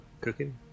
cooking